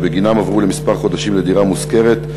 ואשר בגינן הם עברו לכמה חודשים לדירה מושכרת,